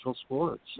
sports